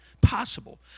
possible